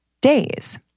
days